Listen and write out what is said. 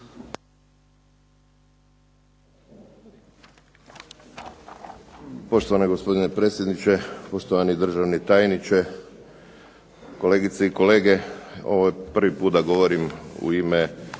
Poštovani gospodine predsjedniče, poštovani državni tajniče, kolegice i kolege. Ovo je prvi put da govorim u ime